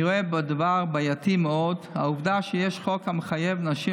אני רואה כדבר בעייתי מאוד את העובדה שיש חוק המחייב נשים